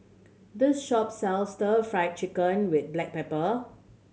this shop sells Stir Fried Chicken with black pepper